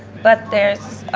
but there's